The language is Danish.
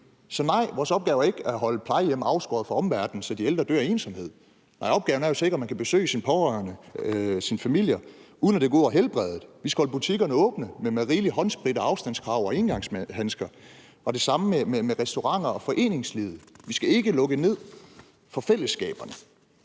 Så nej, vores opgave er ikke at holde plejehjem afskåret fra omverdenen, så de ældre dør af ensomhed. Opgaven er at sikre, at man kan besøge sine pårørende, sine familier, uden at det går ud over helbredet. Vi skal holde butikkerne åbne, men med rigeligt med håndsprit og afstandskrav og engangshandsker. Det samme gælder restauranter og foreningslivet. Vi skal ikke lukke ned for fællesskaberne.